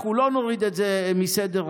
אנחנו לא נוריד את זה מסדר-היום.